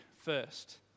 first